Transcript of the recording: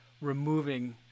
removing